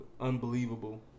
unbelievable